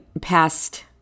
past